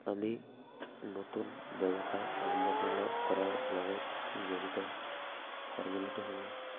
আমি নতুন ব্যৱসায় আৰম্ভ কৰাৰ লগত জড়িত ফৰ্মেলিটীসমূহ